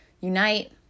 unite